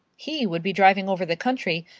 he would be driving over the country,